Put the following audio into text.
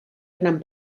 gran